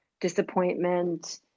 disappointment